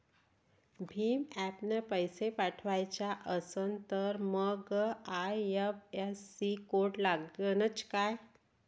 भीम ॲपनं पैसे पाठवायचा असन तर मंग आय.एफ.एस.सी कोड लागनच काय?